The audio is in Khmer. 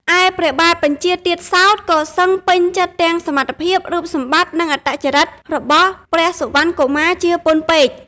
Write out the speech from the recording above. ឯព្រះបាទបញ្ចាល៍ទៀតសោត ក៏សឹងពេញចិត្តទាំងសមត្ថភាព រូបសម្បត្តិ និងអត្តចរិតរបស់ព្រះសុវណ្ណកុមារជាពន់ពេក។